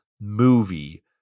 movie